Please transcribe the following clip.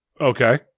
Okay